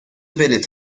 بلیط